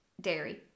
dairy